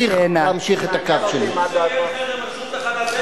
מה זה שונה ממה,